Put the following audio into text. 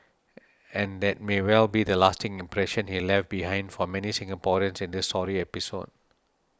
and that may well be the lasting impression he left behind for many Singaporeans in this sorry episode